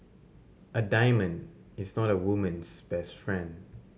a diamond is not a woman's best friend